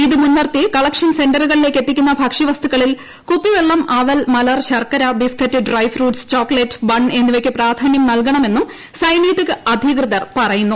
ഇതു മുൻനിർത്തി കളക്ഷൻ സെന്ററുകളിലേക്ക് എത്തിക്കുന്ന ഭക്ഷ്യവസ്തുക്കളിൽ കുപ്പിവെള്ളം അവൽ മലർ ശർക്കര biscuit dry fruits chocolate bun എന്നിവയ്ക്കു പ്രാധാനൃം നൽകണമെന്നും സൈനിക അധികൃതർ പറയുന്നു